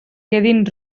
quedin